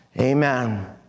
amen